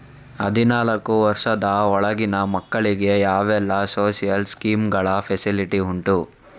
ಹದಿನಾಲ್ಕು ವರ್ಷದ ಒಳಗಿನ ಮಕ್ಕಳಿಗೆ ಯಾವೆಲ್ಲ ಸೋಶಿಯಲ್ ಸ್ಕೀಂಗಳ ಫೆಸಿಲಿಟಿ ಉಂಟು?